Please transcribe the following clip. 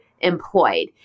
employed